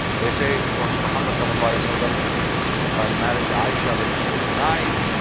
they say prophet muhammad so like so like um married aisha when she was nine,